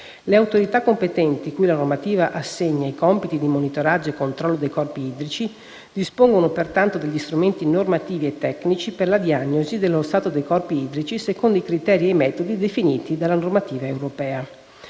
Le autorità competenti, cui la normativa assegna i compiti di monitoraggio e controllo dei corpi idrici, dispongono pertanto degli strumenti normativi e tecnici per la diagnosi dello stato dei corpi idrici, secondo i criteri e i metodi definiti dalla normativa europea.